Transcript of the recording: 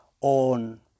on